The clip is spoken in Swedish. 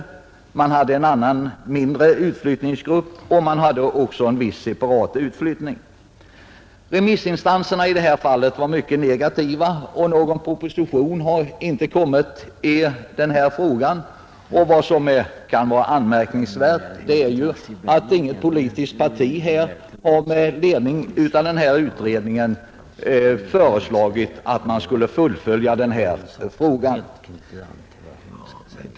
Dessutom föreslogs en annan mindre utflyttningsgrupp liksom en viss separat utflyttning. Remissinstanserna var mycket negativa, och någon proposition har inte kommit i denna fråga. Anmärkningsvärt är också att inget politiskt parti med ledning av denna utredning har föreslagit att man skulle fullfölja den här frågan.